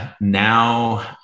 now